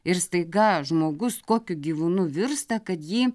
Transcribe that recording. ir staiga žmogus kokiu gyvūnu virsta kad jį